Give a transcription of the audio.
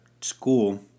school